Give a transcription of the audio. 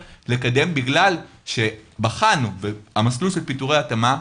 בגלל שבחנו את המסלול של פיטורי התאמה,